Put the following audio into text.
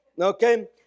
Okay